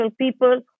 people